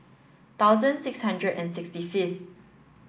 thousand six hundred and sixty fifth